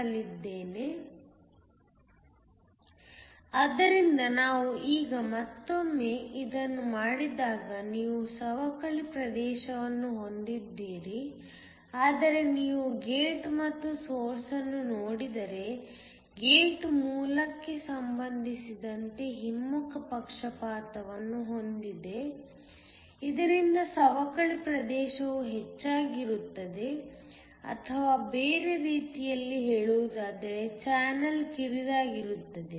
ಆದ್ದರಿಂದ ನಾವು ಈಗ ಮತ್ತೊಮ್ಮೆ ಇದನ್ನು ಮಾಡಿದಾಗ ನೀವು ಸವಕಳಿ ಪ್ರದೇಶವನ್ನು ಹೊಂದಿದ್ದೀರಿ ಆದರೆ ನೀವು ಗೇಟ್ ಮತ್ತು ಸೋರ್ಸ್ ಅನ್ನು ನೋಡಿದರೆ ಗೇಟ್ ಮೂಲಕ್ಕೆ ಸಂಬಂಧಿಸಿದಂತೆ ಹಿಮ್ಮುಖ ಪಕ್ಷಪಾತವನ್ನು ಹೊಂದಿದೆ ಇದರಿಂದ ಸವಕಳಿ ಪ್ರದೇಶವು ಹೆಚ್ಚಾಗಿರುತ್ತದೆ ಅಥವಾ ಬೇರೆ ರೀತಿಯಲ್ಲಿ ಹೇಳುವುದಾದರೆ ಚಾನಲ್ ಕಿರಿದಾಗಿರುತ್ತದೆ